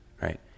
right